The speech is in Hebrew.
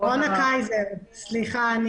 אני אציג זאת.